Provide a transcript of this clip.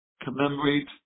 commemorate